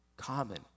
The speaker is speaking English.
common